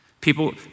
People